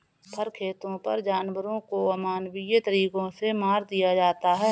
फर खेतों पर जानवरों को अमानवीय तरीकों से मार दिया जाता है